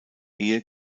ehe